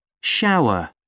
Shower